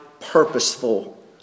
purposeful